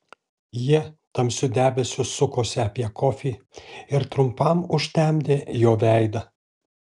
jie tamsiu debesiu sukosi apie kofį ir trumpam užtemdė jo veidą